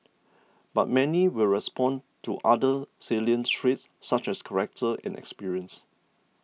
but many will respond to other salient traits such as character and experience